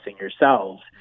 yourselves